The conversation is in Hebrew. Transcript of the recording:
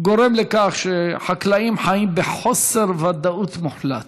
גורם לכך שחקלאים חיים בחוסר ודאות מוחלט.